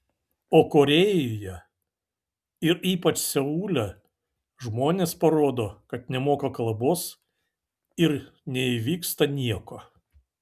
o korėjoje ir ypač seule žmonės parodo kad nemoka kalbos ir neįvyksta nieko